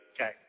Okay